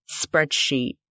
spreadsheet